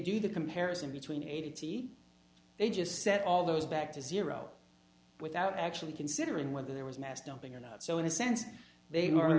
do the comparison between eighty they just set all those back to zero without actually considering whether there was mass dumping or not so in a sense they are